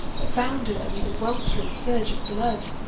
foundered beneath a weltering surge of blood.